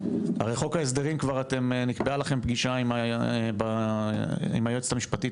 הרי כבר נקבעה לכם פגישה עם היועצת המשפטית